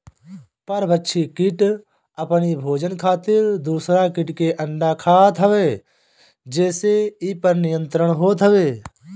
परभक्षी किट अपनी भोजन खातिर दूसरा किट के अंडा खात हवे जेसे इ पर नियंत्रण होत हवे